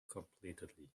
completely